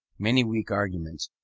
many weak arguments,